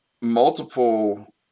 multiple